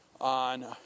on